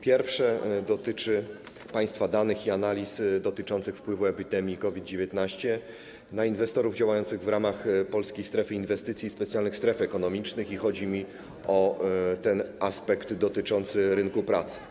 Pierwsze dotyczy państwa danych i analiz wpływu epidemii COVID-19 na inwestorów działających w ramach Polskiej Strefy Inwestycji i specjalnych stref ekonomicznych, chodzi mi o aspekt dotyczący rynku pracy.